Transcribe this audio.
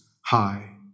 high